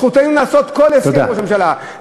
זכותנו לעשות כל הסכם עם ראש הממשלה.